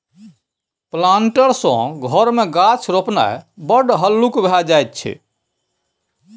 planter सँ घर मे गाछ रोपणाय बड़ हल्लुक भए जाइत छै